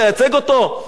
האמת שאני מבקש מהתקשורת,